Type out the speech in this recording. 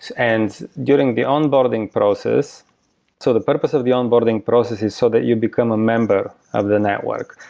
and during the onboarding process so the purpose of of the onboarding process is so that you become a member of the network.